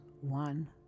one